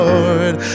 Lord